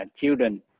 children